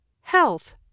health